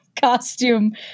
costume